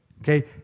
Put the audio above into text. Okay